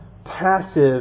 Passive